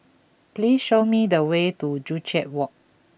please show me the way to Joo Chiat Walk